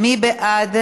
מי בעד?